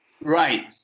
Right